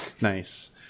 nice